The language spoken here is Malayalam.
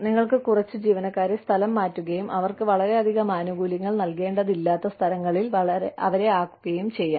നിങ്ങൾക്ക് കുറച്ച് ജീവനക്കാരെ സ്ഥലം മാറ്റുകയും അവർക്ക് വളരെയധികം ആനുകൂല്യങ്ങൾ നൽകേണ്ടതില്ലാത്ത സ്ഥലങ്ങളിൽ അവരെ ആക്കുകയും ചെയ്യാം